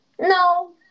No